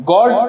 God